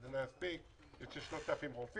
זה לא יספיק אף פעם כי צריך 3,000 רופאים.